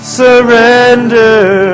surrender